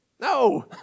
No